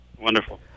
Wonderful